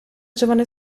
giovane